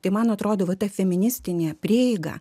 tai man atrodo va ta feministinė prieiga